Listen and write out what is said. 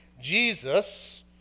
Jesus